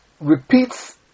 repeats